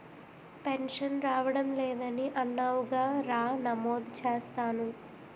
pension రావడం లేదని అన్నావుగా రా నమోదు చేస్తాను